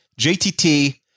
JTT